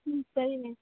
ம் சரிங்க